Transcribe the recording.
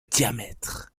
diamètre